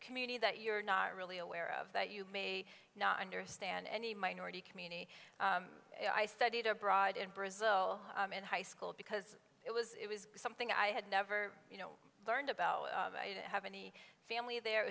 community that you're not really aware of that you may not understand any minority community and i studied abroad in brazil in high school because it was it was something i had never you know learned about and have any family there i